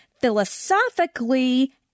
philosophically